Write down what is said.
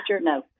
No